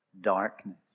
darkness